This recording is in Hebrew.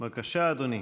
בבקשה, אדוני.